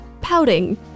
pouting